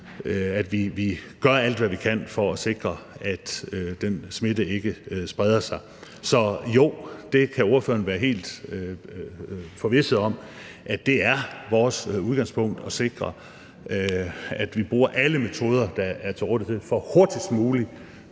at vi gør alt, hvad vi kan for at sikre, at den smitte ikke spreder sig. Så jo, det kan ordføreren være helt forvisset om, altså at det er vores udgangspunkt at sikre, at vi bruger alle metoder, der er til rådighed, for hurtigst muligt